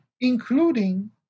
including